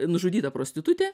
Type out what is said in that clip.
nužudyta prostitutė